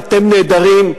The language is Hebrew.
אתם נהדרים,